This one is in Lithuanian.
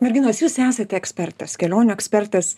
merginos jūs esate ekspertas kelionių ekspertas